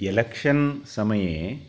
election समये